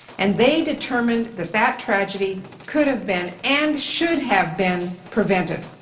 and they determined that that tragedy could have been and should have been prevented.